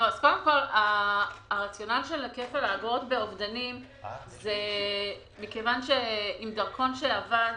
הרציונל של כפל האגרות באובדנים הוא מכיוון שעם דרכון שאבד